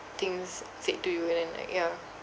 things said to you and then like ya